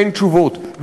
אין תשובות,